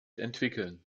entwickeln